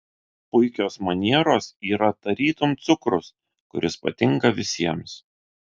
puikios manieros yra tarytum cukrus kuris patinka visiems